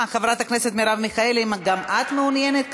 אה, חברת הכנסת מרב מיכאלי, גם את מעוניינת?